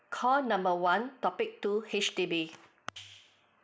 call number one topic two H_D_B